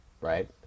right